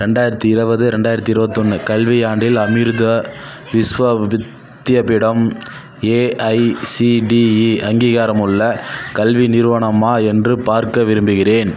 ரெண்டாயிரத்தி இருபது ரெண்டாயிரத்தி இருவத்தொன்று கல்வியாண்டில் அமிர்தா விஷ்வா வித்யபீடம் ஏஐசிடிஇ அங்கீகாரமுள்ள கல்வி நிறுவனமா என்று பார்க்க விரும்புகிறேன்